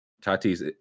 Tati's